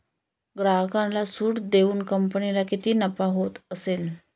ग्राहकाला सूट देऊन कंपनीला किती नफा होत असेल